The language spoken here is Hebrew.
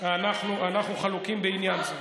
אנחנו חלוקים, אנחנו חלוקים בעניין זה.